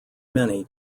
many